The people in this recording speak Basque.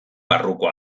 barruko